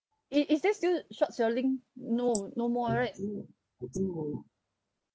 it is there still short-selling no no more right